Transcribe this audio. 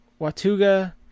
Watuga